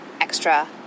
extra